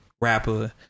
rapper